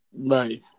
right